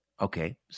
Okay